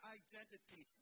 identity